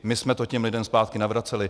My jsme to těm lidem zpátky navraceli.